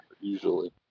usually